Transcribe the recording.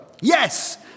Yes